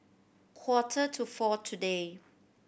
quarter to four today